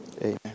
Amen